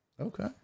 Okay